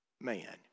man